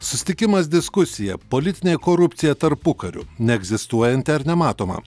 susitikimas diskusija politinė korupcija tarpukariu neegzistuojanti ar nematoma